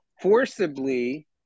forcibly